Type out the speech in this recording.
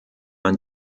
man